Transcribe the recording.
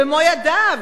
במו ידיו,